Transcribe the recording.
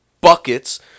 Buckets